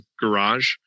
garage